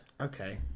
Okay